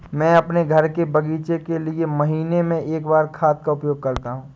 मैं अपने घर के बगीचे के लिए महीने में एक बार खाद का उपयोग करता हूँ